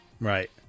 Right